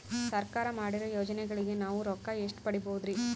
ಸರ್ಕಾರ ಮಾಡಿರೋ ಯೋಜನೆಗಳಿಗೆ ನಾವು ರೊಕ್ಕ ಎಷ್ಟು ಪಡೀಬಹುದುರಿ?